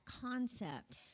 concept